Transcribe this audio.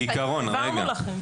העברנו לכם.